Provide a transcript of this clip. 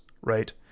right